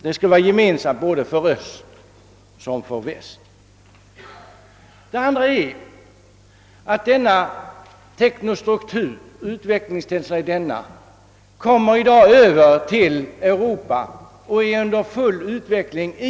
Denna företeelse är gemensam för både öst och väst. Denna teknostruktur sprider sig i dag med stor kraft till Europa och är där under full utveckling.